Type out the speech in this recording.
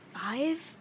five